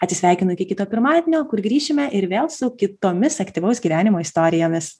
atsisveikinu iki kito pirmadienio kur grįšime ir vėl su kitomis aktyvaus gyvenimo istorijomis